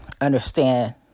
understand